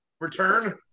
return